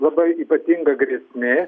labai ypatinga grėsmė